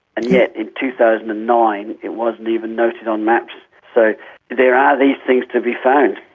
and yet in two thousand and nine it wasn't even noted on maps. so there are these things to be found.